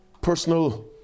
personal